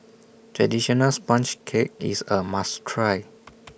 Traditional Sponge Cake IS A must Try